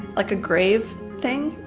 like a grave thing.